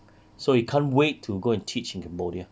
so he can't wait to go and teach in cambodia